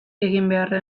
eginbeharra